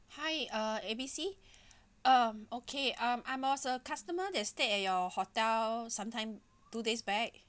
hi uh A B C um okay um I was a customer that stayed at your hotel sometime two days back